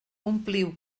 ompliu